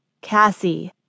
Cassie